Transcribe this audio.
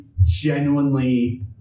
genuinely